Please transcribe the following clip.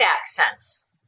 accents